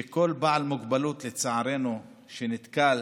שכל בעל מוגבלות, לצערנו, שנתקל